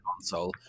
console